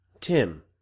Tim